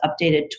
updated